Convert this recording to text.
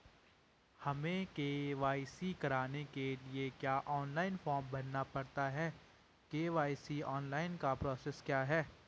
हमें के.वाई.सी कराने के लिए क्या ऑनलाइन फॉर्म भरना पड़ता है के.वाई.सी ऑनलाइन का प्रोसेस क्या है?